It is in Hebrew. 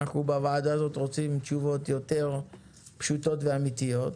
אנחנו בוועדה הזאת רוצים תשובות יותר פשוטות ואמיתיות.